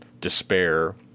despair